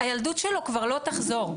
הילדות שלו כבר לא תחזור.